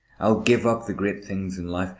i'll give up the great things in life.